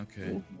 Okay